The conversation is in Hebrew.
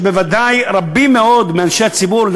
ובוודאי רבים מאוד מאנשי הציבור,